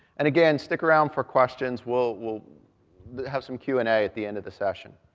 and again, stick around for questions. we'll we'll have some q and a at the end of the session.